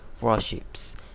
warships